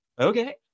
okay